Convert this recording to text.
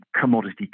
commodity